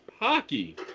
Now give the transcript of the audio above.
Hockey